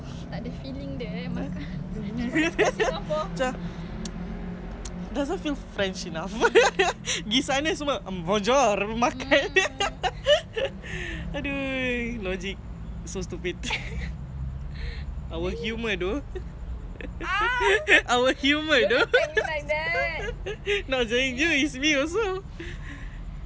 our humour though our humour is me also true imagine if we were in a broadcast this is already feel like in the broadcast already people will be like ah